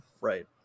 right